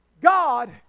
God